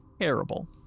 terrible